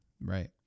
Right